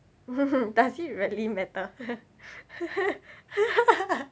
does it really matter